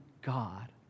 God